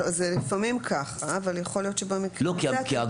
הגוף הזה,